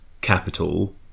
capital